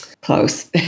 close